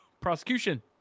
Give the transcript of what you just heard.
Prosecution